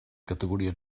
categories